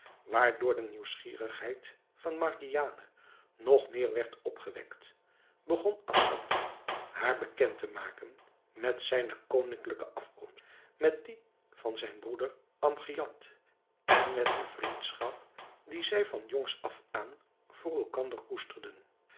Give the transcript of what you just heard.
waardoor de nieuwsgierigheid van margiane nog meer werd opgewekt begon assad haar bekend te maken met zijne koninklijke afkomst met die van zijn broeder amgiad en met de vriendschap die zij van jongs af aan voor elkander koesterden